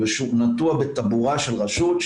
הוא נטועה בטבורה של רשות,